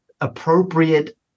appropriate